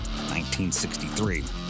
1963